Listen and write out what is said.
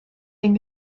den